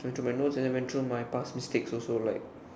went through my notes and then went through my past mistakes also like